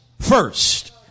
first